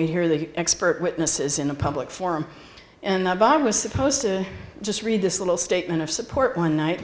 we hear the expert witnesses in a public forum and i was supposed to just read this little statement of support one night